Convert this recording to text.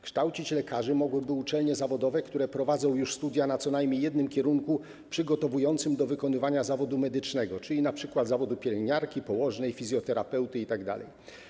Kształcić lekarzy mogłyby uczelnie zawodowe, które prowadzą już studia na co najmniej jednym kierunku przygotowującym do wykonywania zawodu medycznego, czyli np. zawodu pielęgniarki, położnej, fizjoterapeuty itd.